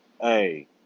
Hey